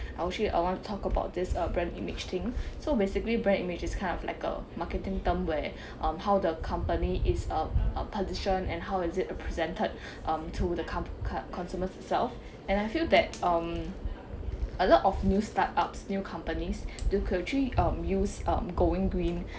I actually I want to talk about this brand image thing so basically brand image is kind of like a marketing term where how the company is um positioned and how is it presented um to the con~ cou~ consumers itself and I feel that um a lot of new startups new companies they could actually um use um going green